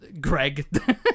Greg